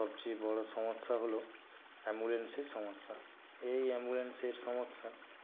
fry momo পাওয়া যায় আর আপনার দোকানটি কি রবিবার খোলা থাকবে